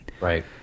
Right